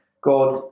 God